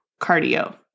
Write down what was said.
cardio